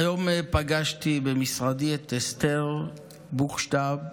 היום פגשתי במשרדי את אסתר בוכשטב,